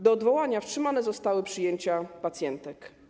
Do odwołania wstrzymane zostały przyjęcia pacjentek.